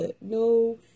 no